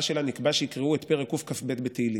שלה נקבע שיקראו את פרק קכ"ב בתהילים.